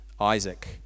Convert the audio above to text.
Isaac